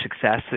success